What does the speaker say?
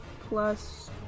plus